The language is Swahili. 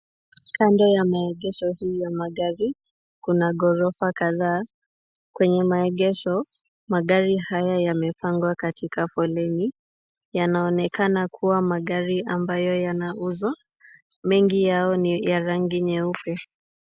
Kando ya maegesho hii ya magari kuna ghorofa kadhaa. Kwenye maegesho, magari haya yamepangwa katika foleni. Yanaonekana kuwa magari ambayo yanauzwa. Mengi yao ni ya rangi nyeupe.